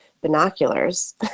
binoculars